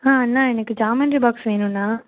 ஆ அண்ணா எனக்கு geometry box வேணும்ண்ணா